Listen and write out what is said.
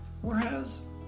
whereas